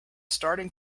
starting